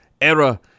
era